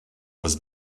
was